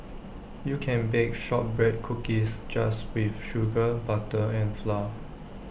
you can bake Shortbread Cookies just with sugar butter and flour